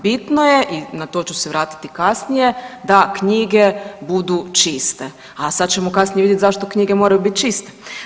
Bitno je i na to ću se vratiti kasnije da knjige budu čiste, a sad ćemo kasnije vidjeti zašto knjige moraju biti čiste.